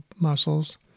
muscles